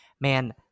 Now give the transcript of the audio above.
man